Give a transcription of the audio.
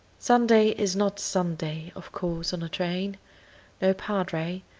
sunday is not sunday, of course, on a train no padre,